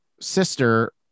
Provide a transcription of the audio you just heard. sister